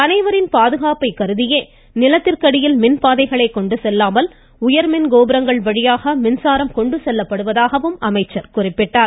அனைவரின் பாதுகாப்பை கருதியே நிலத்திற்கடியில் மின்பாதைகளை கொண்டு செல்லாமல் உயர்மின் கோபுரங்கள் வழியாக மின்சாரம் கொண்டு செல்லப்படுவதாக குறிப்பிட்டார்